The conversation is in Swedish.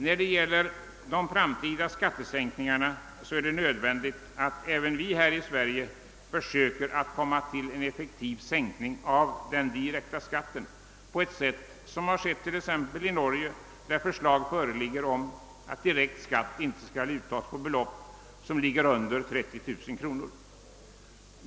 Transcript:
När det gäller de framtida skattesänkningarna är det nödvändigt att även vi här i Sverige försöker komma fram till en effektiv sänkning av den direkta skatten, såsom skett i Norge där förslag föreligger att direkt skatt inte skall uttagas på belopp under 30000 kronor.